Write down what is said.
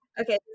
okay